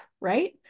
right